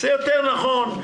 זה יותר נכון.